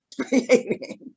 creating